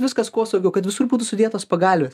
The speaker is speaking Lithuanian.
viskas kuo saugiau kad visur būtų sudėtos pagalvės